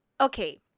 Okay